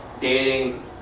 dating